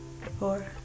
four